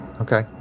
Okay